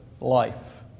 life